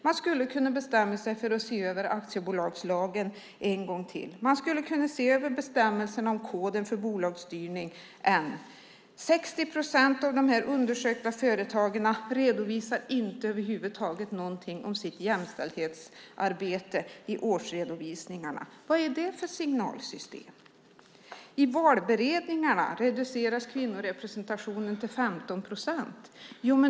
Man skulle kunna bestämma sig för att se över aktiebolagslagen en gång till. Man skulle kunna se över bestämmelsen om koden för bolagsstyrning. 60 procent av de här undersökta företagen redovisar över huvud taget inte någonting om sitt jämställdhetsarbete i årsredovisningarna. Vad är det för signalsystem? I valberedningarna reduceras kvinnorepresentationen till 15 procent.